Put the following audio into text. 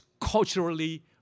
culturally